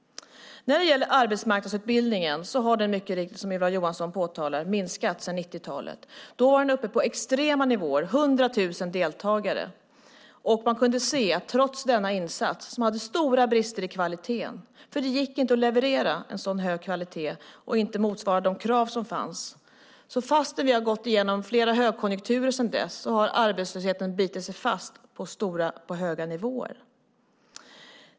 Arbetsmarknadsutbildningen har, som Ylva Johansson mycket riktigt påtalat, minskat sedan 1990-talet. Då var den uppe på extrema nivåer med 100 000 deltagare. Men denna insats hade stora brister i kvaliteten. Det gick inte att leverera en så hög kvalitet som krävdes. Fastän vi sedan dess gått igenom flera högkonjunkturer har arbetslösheten bitit sig fast på höga nivåer.